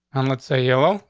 i'm let's say yellow,